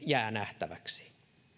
jää nähtäväksi